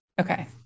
Okay